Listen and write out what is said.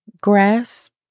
grasp